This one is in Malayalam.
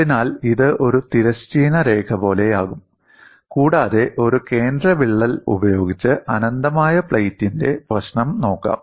അതിനാൽ ഇത് ഒരു തിരശ്ചീന രേഖ പോലെയാകും കൂടാതെ ഒരു കേന്ദ്ര വിള്ളൽ ഉപയോഗിച്ച് അനന്തമായ പ്ലേറ്റിന്റെ പ്രശ്നം നോക്കാം